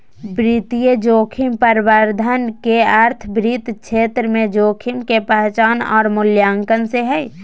वित्तीय जोखिम प्रबंधन के अर्थ वित्त क्षेत्र में जोखिम के पहचान आर मूल्यांकन से हय